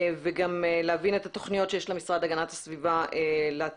וגם להבין את התכניות שיש למשרד להגנת הסביבה לעתיד,